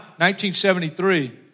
1973